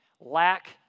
lack